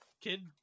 Kid